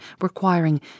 requiring